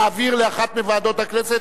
להעביר לאחת מוועדות הכנסת,